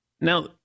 Now